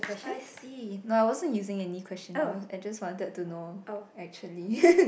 I see no I wasn't using any question I just wanted know actually